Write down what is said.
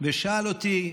ושאל אותי: